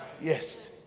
Yes